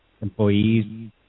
employees